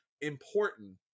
important